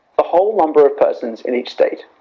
the whole number of persons, in each state.